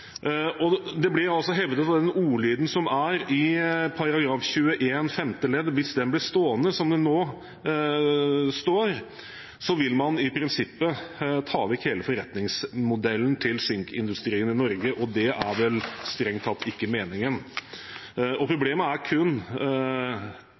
en posisjon. Det blir hevdet at hvis ordlyden i § 21 femte ledd, blir stående som den står nå, vil man i prinsippet ta vekk hele forretningsmodellen til synk-industrien i Norge, og det er vel strengt tatt ikke meningen.